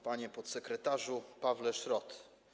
Panie Podsekretarzu Pawle Szrot!